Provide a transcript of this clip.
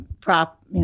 prop